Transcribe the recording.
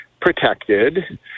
protected